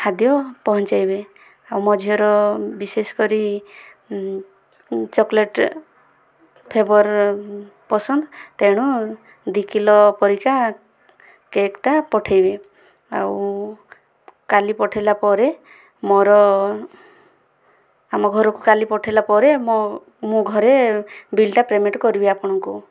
ଖାଦ୍ୟ ପହଞ୍ଚାଇବେ ଆଉ ମୋ ଝିଅର ବିଶେଷ କରି ଚକୋଲେଟ୍ ଫ୍ଲେଭର୍ ପସନ୍ଦ ତେଣୁ ଦୁଇ କିଲୋ ପରିକା କେକ୍ଟା ପଠାଇବେ ଆଉ କାଲି ପଠେଇଲା ପରେ ମୋର ଆମ ଘରକୁ କାଲି ପଠେଇଲା ପରେ ମୋ ମୋ ଘରେ ବିଲ୍ଟା ପେମେଣ୍ଟ କରିବି ଆପଣଙ୍କୁ